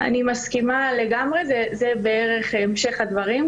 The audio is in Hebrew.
אני מסכימה לגמרי, וזה בערך המשך הדברים.